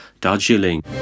Darjeeling